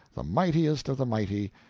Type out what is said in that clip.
the mightiest of the mighty,